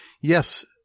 Yes